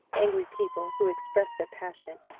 angry people, who express their passion,